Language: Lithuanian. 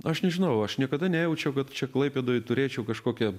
aš nežinau aš niekada nejaučiau kad čia klaipėdoj turėčiau kažkokią